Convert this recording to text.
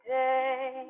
day